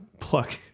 pluck